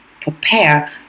prepare